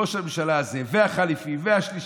ראש הממשלה הזה והחליפי והשלישי,